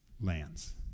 Lands